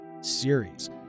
series